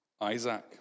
Isaac